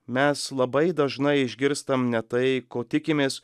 mes labai dažnai išgirstam ne tai ko tikimės